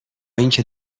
اینکه